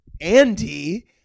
Andy